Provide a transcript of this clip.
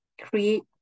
create